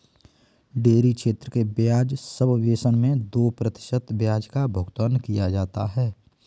dairy क्षेत्र के ब्याज सबवेसन मैं दो प्रतिशत ब्याज का भुगतान किया जाता है